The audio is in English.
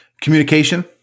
Communication